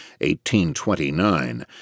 1829